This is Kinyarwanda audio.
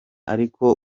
ariko